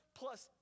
plus